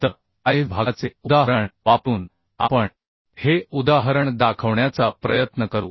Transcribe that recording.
तर I विभागाचे उदाहरण वापरून आपण हे उदाहरण दाखवण्याचा प्रयत्न करू